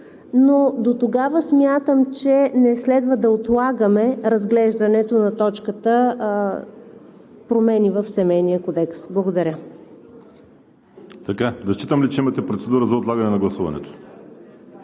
но дотогава смятам, че не следва да отлагаме разглеждането на точката за промени в Семейния кодекс. Благодаря. ПРЕДСЕДАТЕЛ ВАЛЕРИ СИМЕОНОВ: Да считам ли, че имате процедура за отлагане на гласуването